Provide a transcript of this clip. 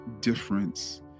difference